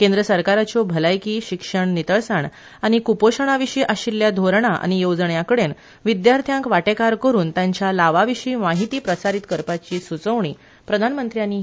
केंद्र सरकाराच्या भलायकी शिक्षण नितळसाण कुपोशणा विशीं आशिल्ल्या धोरणां आनी येवजण्यांकडे विद्यार्थ्यांक सहभागी करून तांच्या लावा विशीं म्हायती प्रसारीत करपाची सुचोवणी प्रधनमंत्र्यांनी केली